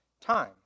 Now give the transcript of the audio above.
time